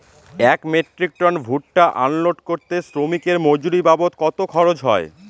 এক metric ton ভুট্টা unload করতে শ্রমিকের মজুরি বাবদ কত খরচ হয়?